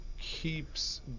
keeps